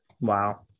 Wow